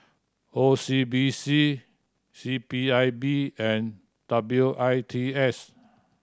O C B C C P I B and W I T S